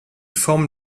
forme